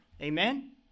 Amen